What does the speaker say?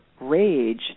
rage